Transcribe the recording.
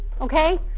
okay